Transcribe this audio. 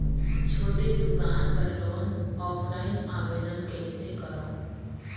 छोटे दुकान बर लोन ऑफलाइन आवेदन कइसे करो?